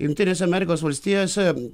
jungtinėse amerikos valstijose